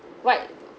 what